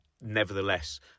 nevertheless